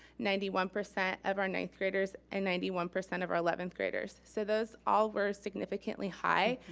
ninety one percent of our ninth graders, and ninety one percent of our eleventh graders. so those all were significantly high,